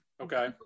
Okay